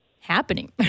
happening